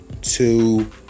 two